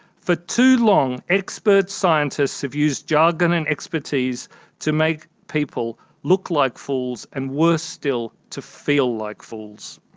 for too long, expert scientists have used jargon and expertise to make people look like fools, and, worse still, to feel like fools.